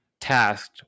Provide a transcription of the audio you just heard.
tasked